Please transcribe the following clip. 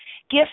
Gift